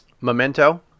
memento